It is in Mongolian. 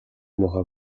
муухай